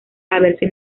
haberse